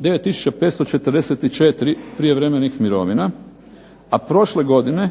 9544 prijevremenih mirovina, a prošle godine